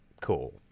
cool